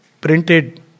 printed